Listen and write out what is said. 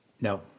No